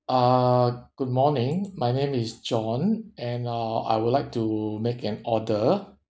uh good morning my name is john and uh I would like to make an order